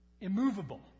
immovable